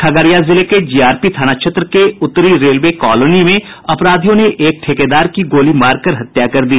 खगड़िया जिले के जीआरपी थाना क्षेत्र के उत्तरी रेलवे कॉलोनी में अपराधियों ने एक ठेकेदार की गोली मारकर हत्या कर दी